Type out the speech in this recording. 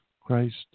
Christ